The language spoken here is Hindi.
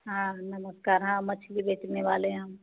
हाँ नमस्कार हाँ मछली बेचने वाले हैं हम